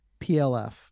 plf